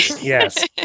Yes